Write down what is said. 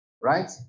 right